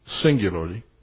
singularly